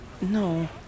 No